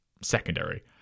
secondary